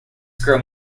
grow